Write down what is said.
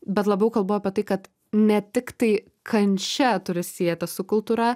bet labiau kalbu apie tai kad ne tik tai kančia turi sietis su kultūra